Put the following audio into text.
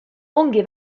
ongi